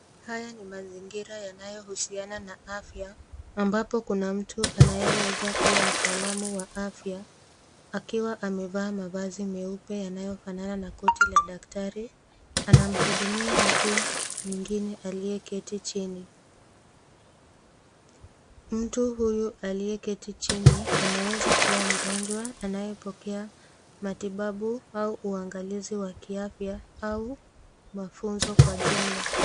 Haya ni mazingira yanayo husiana na afya ambapo Kuna mtu anaeweza kuwa mtaalamu wa afya akiwa amevaa mavazi meupe yanayo fanana na koti ya daktari anamhudumia mtu mwingine aliyeketi chini. Mtu huyu aliyeketi chini anaweza kuwa mgonjwa anaye pokea matibabu au uangalizi wa kiafya au mafunzo kwa jumla.